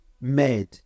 made